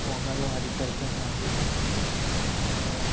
ఫోన్లల్లో అడిట్ అయిపోయినారు అండ్